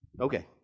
okay